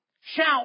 shout